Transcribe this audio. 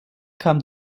kam